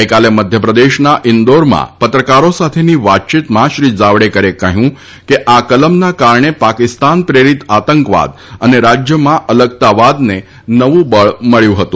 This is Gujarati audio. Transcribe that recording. ગઇકાલે મધ્યપ્રદેશના ઇન્દોરમાં પત્રકારો સાથેની વાતચીતમાં શ્રી જાવડેકરે કહ્યું કે આ કલમના કારણે પાકિસ્તાન પ્રેરીત આતંકવાદ અને રાજ્યમાં અલગતાવાદને નવું બળ મળ્યું હતું